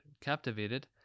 captivated